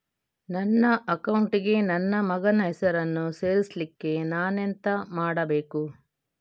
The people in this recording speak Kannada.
ನನ್ನ ಅಕೌಂಟ್ ಗೆ ನನ್ನ ಮಗನ ಹೆಸರನ್ನು ಸೇರಿಸ್ಲಿಕ್ಕೆ ನಾನೆಂತ ಮಾಡಬೇಕು?